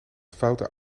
foute